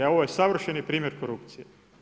Ovo je savršeni primjer korupcije.